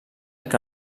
que